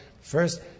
first